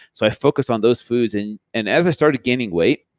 so i focused on those foods and and as i started gaining weight,